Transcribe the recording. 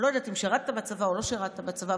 אני לא יודעת אם שירת בצבא או לא שירת בצבא,